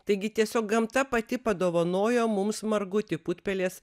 taigi tiesiog gamta pati padovanojo mums margutį putpelės